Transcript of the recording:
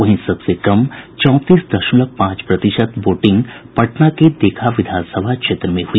वहीं सबसे कम चौंतीस दशमलव पांच प्रतिशत वोटिंग पटना के दीघा विधानसभा क्षेत्र में हुई